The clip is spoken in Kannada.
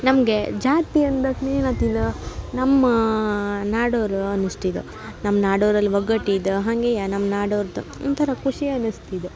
ನಮಗೆ ಜಾತಿ ಅಂದಾಗ್ನೆ ಏನಾತಿದ ನಮ್ಮ ನಾಡೋರು ಅನಿಷ್ಟಿದ್ ನಮ್ಮ ನಾಡೋರಲ್ಲಿ ಒಗ್ಗಟ್ಟು ಇದೆ ಹಾಗೆಯ ನಮ್ಮ ನಾಡೋರ್ದು ಒಂಥರ ಖುಷಿ ಅನ್ನಿಸ್ತಿದೆ